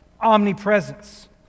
omnipresence